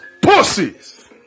Pussies